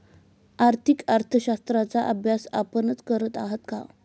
आर्थिक अर्थशास्त्राचा अभ्यास आपणच करत आहात का?